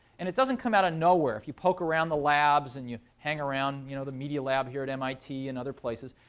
and it doesn't come out of nowhere. if you poke around the labs, and you hang around you know the media lab here at mit and other places,